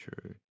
true